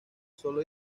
solo